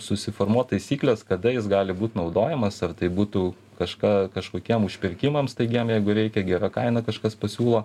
susiformuot taisykles kada jis gali būt naudojamas ar tai būtų kažką kažkokiem užpirkimam staigiem jeigu reikia gera kaina kažkas pasiūlo